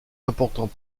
important